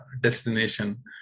destination